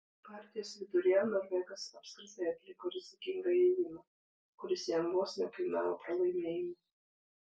partijos viduryje norvegas apskritai atliko rizikingą ėjimą kuris jam vos nekainavo pralaimėjimo